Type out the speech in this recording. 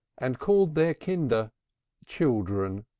and called their kinder children,